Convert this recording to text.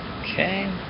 Okay